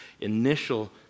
initial